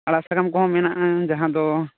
ᱟᱲᱟᱜ ᱥᱟᱠᱟᱢ ᱠᱚᱦᱚᱸ ᱢᱮᱱᱟᱜ ᱡᱟᱦᱟᱸᱫᱚ